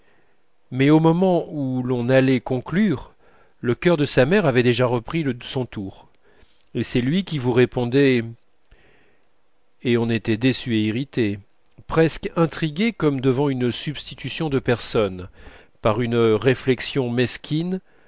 mais au moment où l'on allait conclure le cœur de sa mère avait déjà repris son tour et c'est lui qui vous répondait et on était déçu et irrité presque intrigué comme devant une substitution de personne par une réflexion mesquine